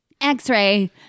X-Ray